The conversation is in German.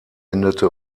endete